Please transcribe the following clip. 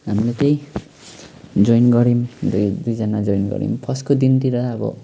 हामीले त्यही जोइन गर्यौँ अन्त एक दुईजना जोइन गर्यौँ फर्स्टको दिनतिर अब